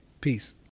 Peace